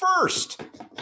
first